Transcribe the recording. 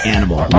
Animal